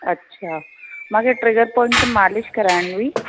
अच्छा मांखे trigger point ते मालिश कराइणी हुई